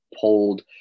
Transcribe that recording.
pulled